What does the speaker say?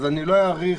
אני לא אאריך,